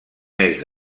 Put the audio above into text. mes